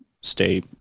stay